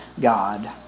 God